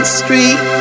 street